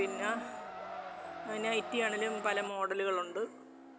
പിന്നെ നൈറ്റി ആണെങ്കിലും പല മോഡലുകളുണ്ട്